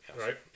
Right